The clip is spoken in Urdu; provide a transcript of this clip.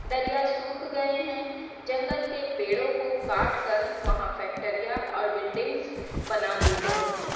دریا سوکھ گئے ہیں جنگل کے پیڑوں کو کاٹ کر وہاں فیکٹریاں اور بلڈنگس بنا دی گئی ہیں